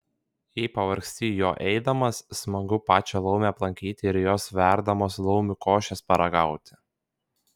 jei pavargsti juo eidamas smagu pačią laumę aplankyti ir jos verdamos laumių košės paragauti